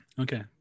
Okay